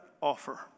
offer